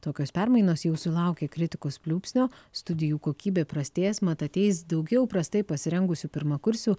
tokios permainos jau sulaukė kritikos pliūpsnio studijų kokybė prastės mat ateis daugiau prastai pasirengusių pirmakursių